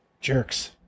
Jerks